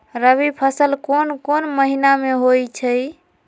रबी फसल कोंन कोंन महिना में होइ छइ?